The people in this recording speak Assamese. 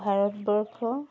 ভাৰতবৰ্ষ